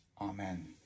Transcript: Amen